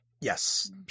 Yes